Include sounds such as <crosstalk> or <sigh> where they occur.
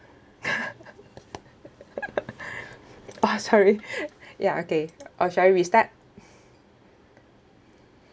<laughs> oh sorry ya okay oh sorry we start